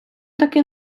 таки